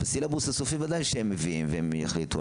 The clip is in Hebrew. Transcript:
את הסילבוס הסופי בוודאי שהם מביאים והם יחליטו,